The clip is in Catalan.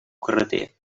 carreter